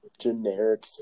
generic